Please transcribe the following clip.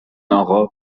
آقا